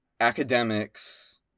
academics